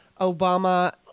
Obama